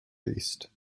least